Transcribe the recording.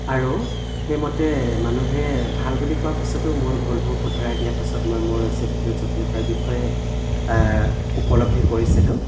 আৰু সেই মতে মানুহে ভাল বুলি কোৱা পিছতো মোৰ ভুলবোৰ সুধৰাই দিয়া পাছত মই মোৰ ৰেচিপিটোৰ জটিলতাৰ বিষয়ে উপলব্ধি কৰিছিলোঁ